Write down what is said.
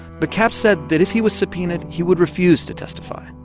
but capps said that if he was subpoenaed, he would refuse to testify